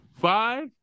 Five